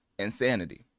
Insanity